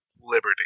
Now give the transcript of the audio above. liberty